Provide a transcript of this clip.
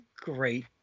great